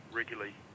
regularly